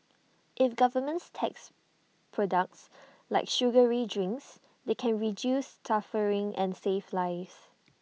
if governments tax products like sugary drinks they can reduce suffering and save lives